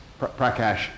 Prakash